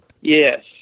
Yes